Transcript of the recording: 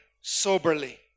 soberly